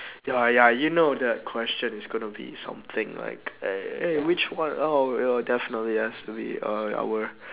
ya ya you know that question is gonna be something like eh eh which one oh oh definitely it has to be err our